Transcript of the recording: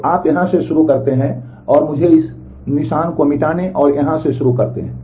तो आप यहां से शुरू करते हैं और मुझे इस निशान को मिटाने और यहां से शुरू करते हैं